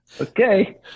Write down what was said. Okay